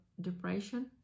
depression